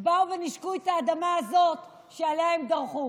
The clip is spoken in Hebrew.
באו ונישקו את האדמה הזאת שעליה הם דרכו.